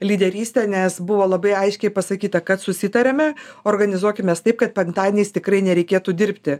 lyderystė nes buvo labai aiškiai pasakyta kad susitariame organizuokimės taip kad penktadieniais tikrai nereikėtų dirbti